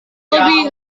lebih